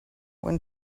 when